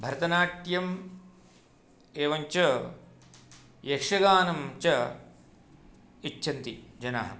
भरतनाट्यं एवञ्च यक्षगानं च इच्छन्ति जनाः